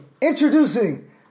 introducing